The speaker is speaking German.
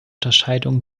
unterscheidung